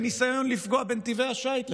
בניסיון לפגוע בנתיבי השיט לכאן.